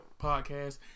podcast